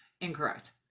incorrect